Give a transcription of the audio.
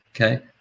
okay